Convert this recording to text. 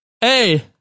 Hey